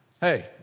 Hey